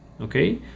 okay